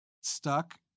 stuck